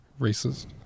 Racist